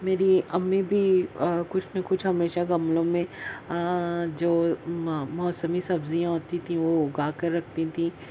میری امی بھی کچھ نہ کچھ ہمیشہ گملوں میں جو ما موسمی سبزیاں ہوتی تھیں وہ اگا کر رکتی تھیں